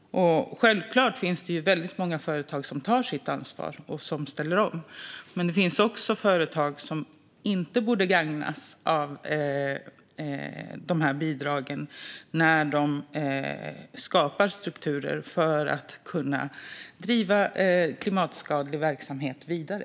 Självklart finns det väldigt många företag som tar sitt ansvar och ställer om, men det finns också företag som inte borde gagnas av dessa bidrag när de skapar strukturer för att driva klimatskadlig verksamhet vidare.